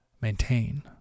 maintain